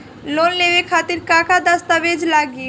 Loan लेवे खातिर का का दस्तावेज लागी?